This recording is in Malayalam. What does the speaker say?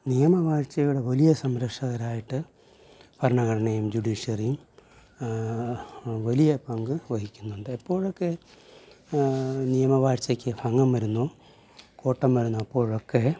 നിയമ വാഴ്ച്ചയുടെ വലിയ സംരക്ഷകരായിട്ട് ഭരണഘടനയും ജുഡീഷ്യറിയും വലിയ പങ്ക് വഹിക്കുന്നുണ്ട് എപ്പോഴൊക്കെ നിയമ വാഴ്ച്ചയ്ക്ക് ഭംഗം വരുന്നോ കോട്ടം വരുന്നോ അപ്പോഴൊക്കെ